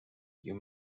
you